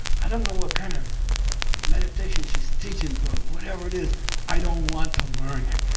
i don't know what kind of meditation she's teaching, but whatever it is i don't want to learn it!